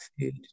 food